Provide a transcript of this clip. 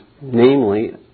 namely